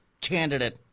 candidate